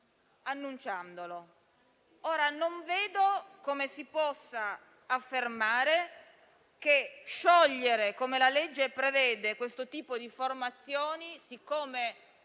Non vedo come si possa affermare che sciogliere, come la legge prevede, questo tipo di formazioni, siccome